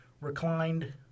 reclined